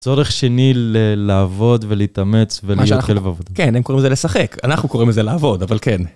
צורך שני ל... לעבוד ולהתאמץ ולהיות... כן, הם קוראים לזה לשחק, אנחנו קוראים לזה לעבוד, אבל כן.